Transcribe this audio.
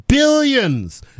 billions